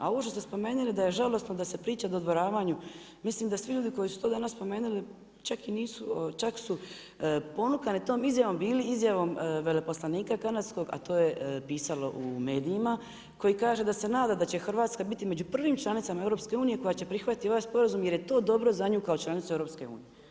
A ovo što ste spomenuli da je žalosno da se priča o dodvoravanju, mislim da svi ljudi koji su to danas spomenuli čak su ponukani tom izjavom bili izjavom veleposlanika kanadskog, a to je pisalo u medijima koji kaže da se nada da će Hrvatska biti među prvim članicama EU koja će prihvatiti ovaj sporazum jer je to dobro za nju kao članicu EU.